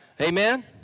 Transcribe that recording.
Amen